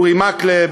אורי מקלב,